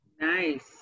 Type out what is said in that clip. nice